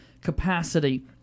capacity